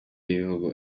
y’ibihugu